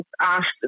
asked